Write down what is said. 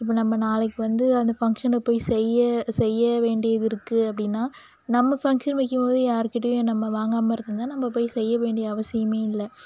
இப்போ நம்ப நாளைக்கு வந்து அந்த ஃபங்ஷனில் போய் செய்ய செய்ய வேண்டியது இருக்கு அப்படினா நம்ம ஃபங்ஷன் வைக்கும்போது யாருகிட்டேயும் நம்ப வாங்காமல் இருந்துதா நம்ப போய் செய்ய வேண்டிய அவசியமே இல்லை